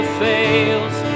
fails